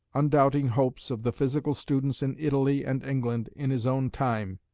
undoubting hopes of the physical students in italy and england in his own time,